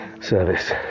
service